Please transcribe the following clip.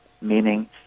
meaning